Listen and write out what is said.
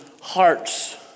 hearts